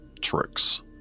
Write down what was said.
tricks